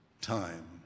time